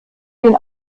den